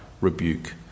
rebuke